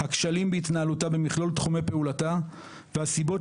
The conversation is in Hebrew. הכשלים בהתנהלותה במכלול תחומי פעולתה והסיבות